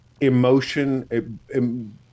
emotion